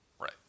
Right